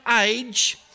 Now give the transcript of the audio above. age